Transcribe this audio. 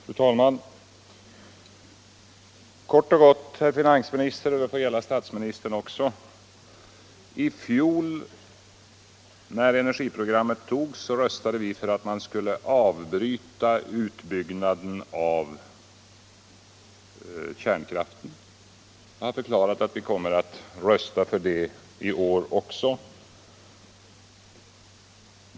Fru talman! Kort och gott, herr finansminister, och det får gälla statsministern också: när energiprogrammet antogs i fjol röstade vi för att man skulle avbryta utbyggnaden av kärnkraften. Jag har förklarat att vi kommer att rösta för det i år också.